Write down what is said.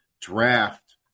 draft